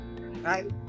right